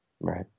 right